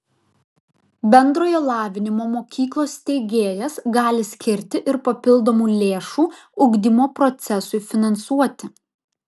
bendrojo lavinimo mokyklos steigėjas gali skirti ir papildomų lėšų ugdymo procesui finansuoti